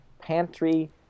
Pantry